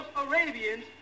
Arabians